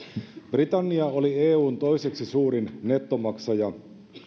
britannia oli eun toiseksi suurin nettomaksaja